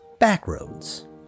Backroads